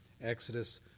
Exodus